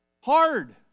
Hard